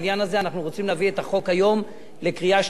אנחנו רוצים להביא את החוק היום לקריאה שנייה ושלישית.